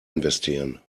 investieren